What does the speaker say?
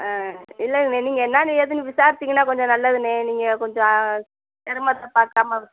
ஆ இல்லைங்கண்ணே நீங்கள் என்னென்னு ஏதுன்னு விசாரித்தீங்கன்னா கொஞ்சம் நல்லதுண்ணா நீங்கள் கொஞ்சம் சிரமத்தைப் பார்க்காம